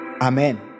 Amen